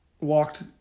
walked